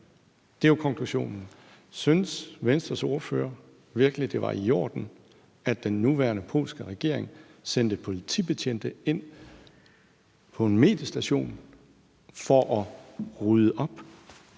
Det er jo konklusionen. Synes Venstres ordfører virkelig, at det var i orden, at den nuværende polske regering sendte politibetjente ind på en mediestation for at rydde op?